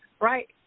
right